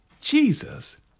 Jesus